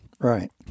Right